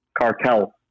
Cartel